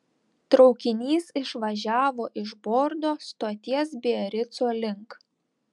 traukinys išvažiavo iš bordo stoties biarico link